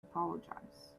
apologize